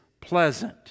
pleasant